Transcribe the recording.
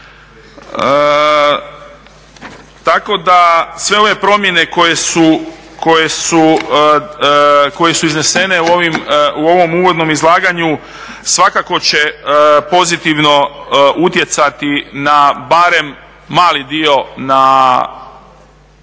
Tako da sve ove promjene koje su iznesene u ovom uvodnom izlaganju svakako će pozitivno utjecati na barem mali dio na